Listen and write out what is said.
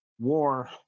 war